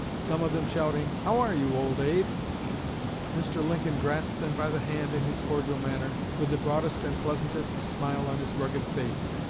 some of them shouting, how are you, old abe mr. lincoln grasped them by the hand in his cordial manner, with the broadest and pleasantest smile on his rugged face.